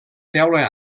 teula